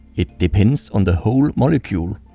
it depends on the whole molecule.